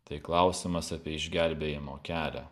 tai klausimas apie išgelbėjimo kelią